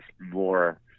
more